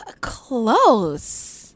close